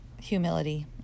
humility